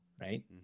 right